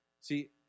See